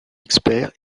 experts